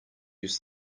use